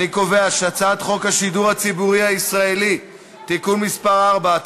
אני קובע שהצעת חוק השידור הציבורי הישראלי (תיקון מס' 4),